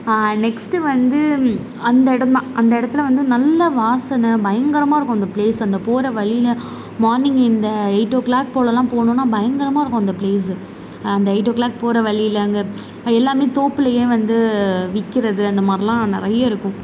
next வந்து ம் அந்த இடம்தான் அந்த இடத்துல வந்து நல்ல வாசனை பயங்கரமாயிருக்கும் அந்த பிளேஸ் அந்த போகிற வழியெலாம் மார்னிங் இந்த எயிட் ஓ கிளாக் போகலாம் போனோம்னால் பயங்கரமாயிருக்கும் அந்த பிளேஸு அந்த எயிட் ஓ கிளாக் போகிற வழியில் அங்கே எல்லாமே தோப்புலேயே வந்து விற்கிறது அந்த மாதிரிலாம் நிறைய இருக்கும்